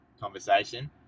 conversation